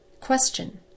Question